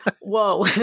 whoa